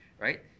right